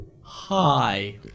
Hi